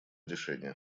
решение